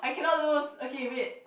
I cannot lose okay wait